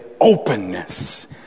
openness